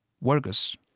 workers